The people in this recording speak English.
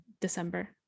December